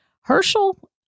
Herschel